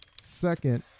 second